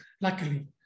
luckily